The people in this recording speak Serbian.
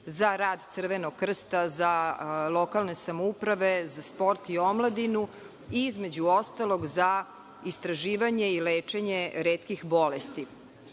za rad Crvenog krsta, za lokalne samouprave, za sport i omladinu i, između ostalog, za istraživanje i lečenje retkih bolesti.